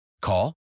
Call